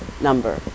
number